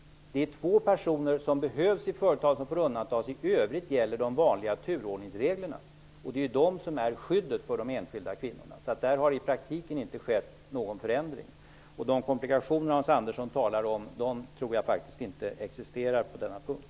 Det är två personer som behövs i företaget som får undantas. I övrigt gäller de vanliga turordningsreglerna. Det är de som utgör skyddet för de enskilda kvinnorna. Där har det i praktiken inte skett några förändringar. De komplikationer Hans Andersson talar om tror jag inte existerar på denna punkt.